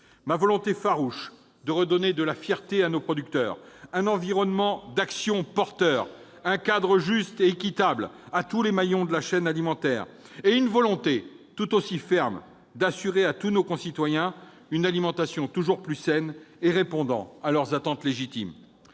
ma volonté farouche de redonner de la fierté à nos producteurs, un environnement d'action porteur, un cadre juste et équitable à tous les maillons de la chaîne alimentaire. C'est une volonté tout aussi ferme d'assurer à tous nos concitoyens une alimentation toujours plus saine et répondant à leurs attentes légitimes.